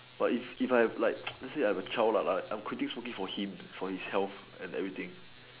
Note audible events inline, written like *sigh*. but if if I have like *noise* lets say I have a child lah I am quitting smoking for him for his health and everything